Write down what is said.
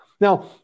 Now